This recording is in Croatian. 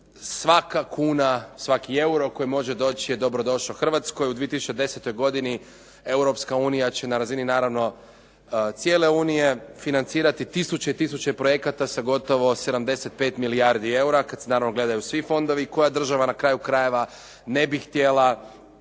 svaka kuna, svaki euro koji može doći je dobrodošao Hrvatskoj. U 2010. godini EU će na razini naravno cijele unije financirati tisuće i tisuće projekata sa gotovo 75 milijardi eura kad se naravno gledaju svi fondovi i koja država na kraju krajeva ne bi htjela